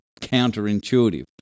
counterintuitive